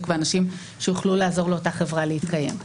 ואנשים שיוכלו לעזור לאותה חברה להתקיים.